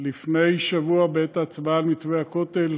לפני שבוע, בעת ההצבעה על מתווה הכותל,